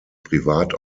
privat